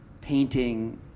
painting